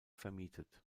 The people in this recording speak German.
vermietet